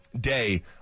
day